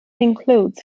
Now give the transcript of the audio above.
includes